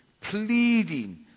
pleading